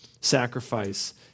sacrifice